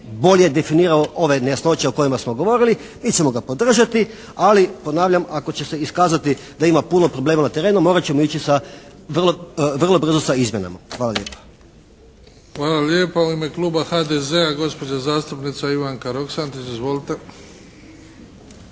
bolje definirao ove nejasnoće o kojima smo govorili. Mi ćemo ga podržati, ali ponavljam, ako će se iskazati da ima puno problema na terenu morat ćemo ići vrlo brzo sa izmjenama. Hvala lijepa. **Bebić, Luka (HDZ)** Hvala lijepa. U ime Kluba HDZ-a, gospođa zastupnica Ivanka Roksandić. Izvolite.